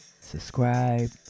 Subscribe